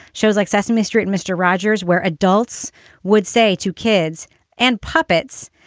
shows like sesame street, mister rogers, where adults would say to kids and puppets.